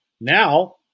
now